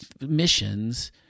missions